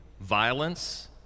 violence